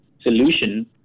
solution